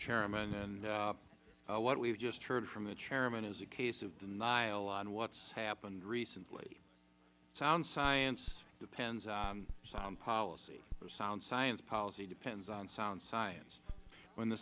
chairman and what we have just heard from the chairman is a case of denial on what has happened recently sound science depends on sound policy or sound science policy depends on sound science when the